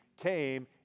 came